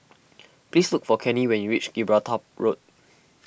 please look for Kenny when you reach Gibraltar Road